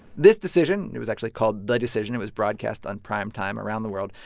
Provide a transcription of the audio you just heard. this decision it was actually called the decision. it was broadcast on prime time around the world.